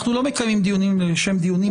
אנחנו לא מקיימים דיונים לשם דיונים.